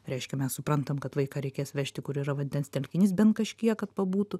reiškia mes suprantam kad vaiką reikės vežti kur yra vandens telkinys bent kažkiek kad pabūtų